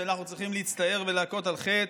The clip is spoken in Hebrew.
שאנחנו צריכים להצטער עליו ולהכות על חטא: